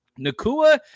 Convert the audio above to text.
Nakua